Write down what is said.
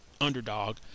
underdog